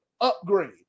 upgrade